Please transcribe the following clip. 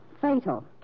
fatal